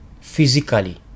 physically